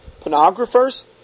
pornographers